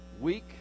week